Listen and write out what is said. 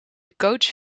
coach